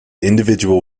individual